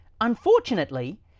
Unfortunately